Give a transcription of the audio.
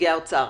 נציגי האוצר.